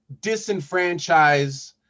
disenfranchise